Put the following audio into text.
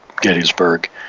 Gettysburg